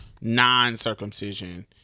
non-circumcision